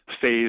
phase